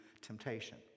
temptation